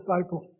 disciple